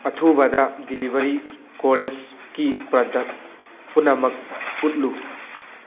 ꯑꯊꯨꯕꯗ ꯗꯤꯂꯤꯚꯔꯤ ꯀꯣꯔꯦꯁꯀꯤ ꯄ꯭ꯔꯗꯛ ꯄꯨꯝꯅꯃꯛ ꯎꯠꯂꯨ